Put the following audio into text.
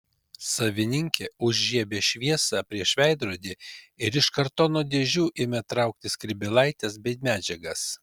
savininkė užžiebė šviesą prieš veidrodį ir iš kartono dėžių ėmė traukti skrybėlaites bei medžiagas